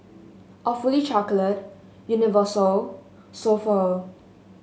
Awfully Chocolate Universal So Pho